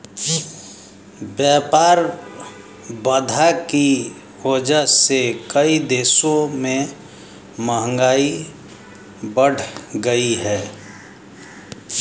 व्यापार बाधा की वजह से कई देशों में महंगाई बढ़ गयी है